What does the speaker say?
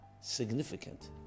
significant